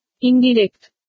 Indirect